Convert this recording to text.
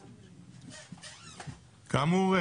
כאמור,